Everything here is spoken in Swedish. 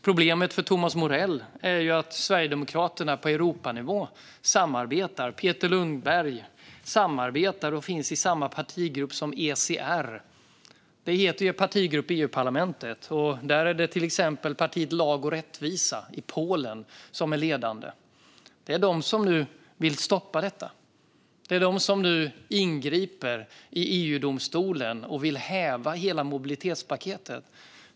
Problemet för Thomas Morell är att Peter Lundgren och Sverigedemokraterna på Europanivå, i EU-parlamentet, finns i samma partigrupp - ECR - där till exempel det polska partiet Lag och rättvisa är ledande. Det är de som nu vill stoppa detta. Det är de som nu ingriper i EU-domstolen och vill häva hela mobilitetspaketet.